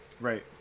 Right